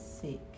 sick